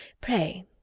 Pray